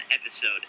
episode